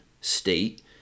state